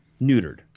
neutered